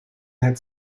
had